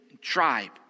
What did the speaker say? tribe